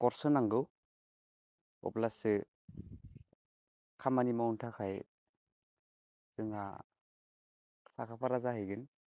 course होनांगौ अब्लासो खामानि मावनो थाखाय जोंहा साखाफारा जाहैगोन